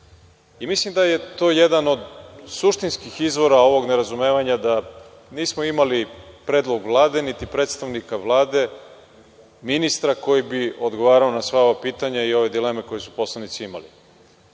Mislim da je to jedan od suštinskih izvora ovog nerazumevanja da nismo imali predlog Vlade niti predstavnika Vlade, ministra koji bi odgovarao na sva ova pitanja i ove dileme koje su poslanici imali. Ono